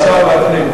האוצר והפנים.